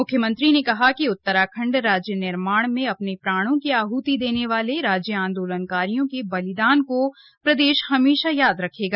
म्ख्यमंत्री ने कहा कि उत्तराखण्ड राज्य निर्माण में अपने प्राणों की आहति देने वाले राज्य आन्दोलकारियों के बलिदान को प्रदेश हमेशा याद रखेगा